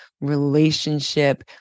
relationship